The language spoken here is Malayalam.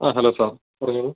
അ ഹലോ സാർ പറഞ്ഞോളു